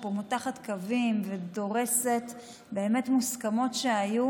שפה מותחת קווים ודורסת מוסכמות שהיו,